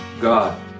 God